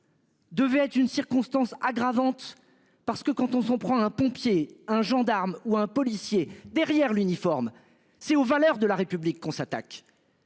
Devait être une circonstance aggravante. Parce que quand on s'on prend un pompier, un gendarme ou un policier derrière l'uniforme c'est aux valeurs de la République qu'on s'attaque.